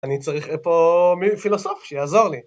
אני צריך פה פילוסוף שיעזור לי.